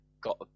got